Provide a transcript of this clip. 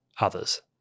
others